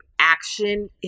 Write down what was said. action